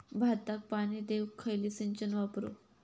भाताक पाणी देऊक खयली सिंचन वापरू?